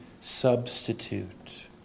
substitute